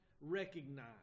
recognize